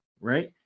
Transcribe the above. right